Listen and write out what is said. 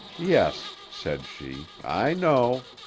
yes, said she, i know.